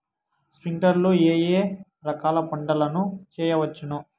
స్ప్రింక్లర్లు లో ఏ ఏ రకాల పంటల ను చేయవచ్చును?